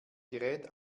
gerät